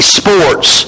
sports